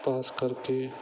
ਪਾਸ ਕਰਕੇ